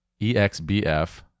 EXBF